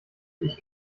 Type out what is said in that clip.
ich